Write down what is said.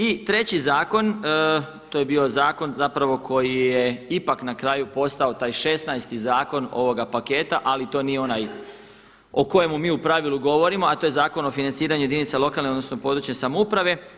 I treći zakon to je bio zakon zapravo koji je ipak na kraju postao taj šesnaesti zakon ovoga paketa, ali to nije onaj o kojemu mi u pravilu govorimo, a to je Zakon o financiranju jedinica lokalne, odnosno područne samouprave.